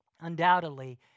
Undoubtedly